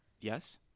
yes